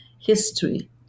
history